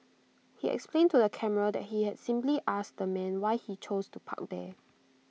he explained to the camera that he had simply asked the man why he chose to park there